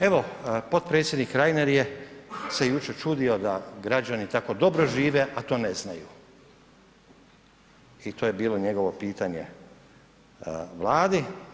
Evo potpredsjednik Reiner se jučer čudio da građani tako dobro žive, a to ne znaju, i to je bilo njegovo pitanje Vladi.